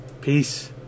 Peace